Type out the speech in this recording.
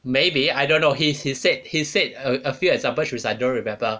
maybe I don't know he's he said he said a few examples which I don't remember